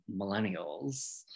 millennials